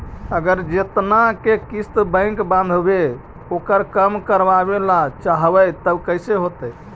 अगर जेतना के किस्त बैक बाँधबे ओकर कम करावे ल चाहबै तब कैसे होतै?